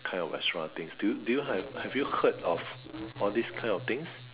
kind of extra things do you do you have have you heard of all these kind of things